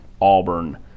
Auburn